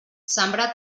sembrar